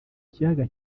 kiyaga